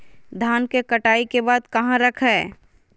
धान के कटाई के बाद कहा रखें?